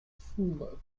fool